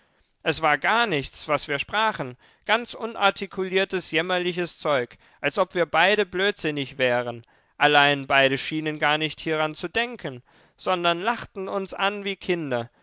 es war gar nichts was wir sprachen ganz unartikuliertes jämmerliches zeug als ob wir beide blödsinnig wären allein beide schienen gar nicht hieran zu denken sondern lachten uns an wie kinder